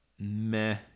meh